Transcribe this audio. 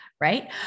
Right